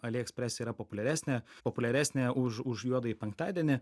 ali express yra populiaresnė populiaresnė už už juodąjį penktadienį